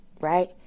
right